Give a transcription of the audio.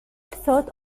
thought